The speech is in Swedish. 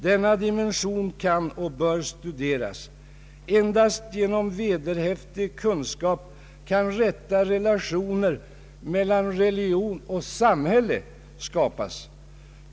Denna dimension kan och bör studeras. Endast genom vederhäftig kunskap kan rätta relationer mellan religion och samhälle skapas.